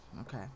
Okay